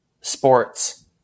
sports